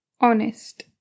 honest